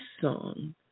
song